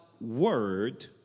word